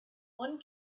one